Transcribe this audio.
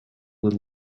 would